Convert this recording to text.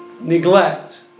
neglect